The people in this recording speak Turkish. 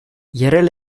yerel